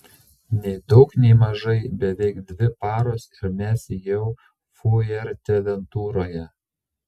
nei daug nei mažai beveik dvi paros ir mes jau fuerteventuroje